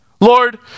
Lord